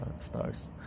stars